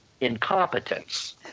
incompetence